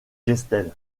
gestel